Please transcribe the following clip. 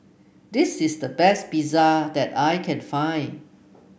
this is the best Pizza that I can find